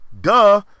Duh